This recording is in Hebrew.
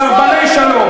סרבני השלום.